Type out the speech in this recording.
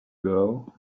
girl